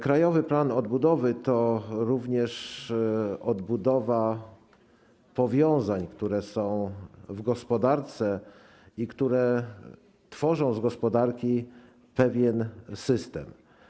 Krajowy plan odbudowy to również odbudowa powiązań, które są w gospodarce i które tworzą z gospodarki pewien system.